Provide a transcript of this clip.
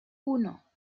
uno